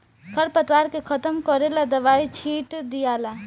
खर पतवार के खत्म करेला दवाई छिट दियाला